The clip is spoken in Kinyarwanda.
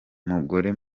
mugore